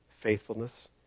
faithfulness